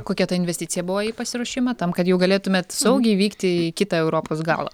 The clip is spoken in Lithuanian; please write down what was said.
kokia ta investicija buvo į pasiruošimą tam kad jau galėtumėt saugiai vykti į kitą europos galą